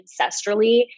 ancestrally